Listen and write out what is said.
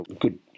good